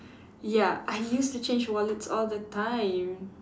ya I used to change wallets all the time